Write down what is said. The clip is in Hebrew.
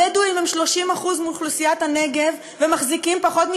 הבדואים הם 30% מאוכלוסיית הנגב ומחזיקים פחות,